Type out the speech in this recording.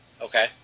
Okay